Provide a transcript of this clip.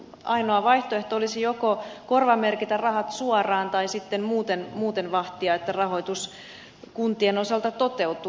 ainoa vaihtoehto olisi joko korvamerkitä rahat suoraan tai sitten muuten vahtia että rahoitus kuntien osalta toteutuu